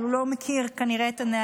אבל הוא לא מכיר כנראה את הנהלים.